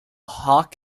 hawk